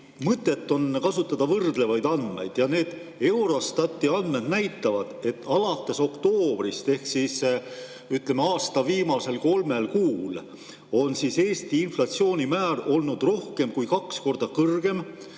mõtet kasutada võrdlevaid andmeid. Eurostati andmed näitavad, et alates oktoobrist, ehk ütleme, aasta viimasel kolmel kuul on Eesti inflatsioonimäär olnud rohkem kui kaks korda kõrgem